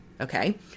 Okay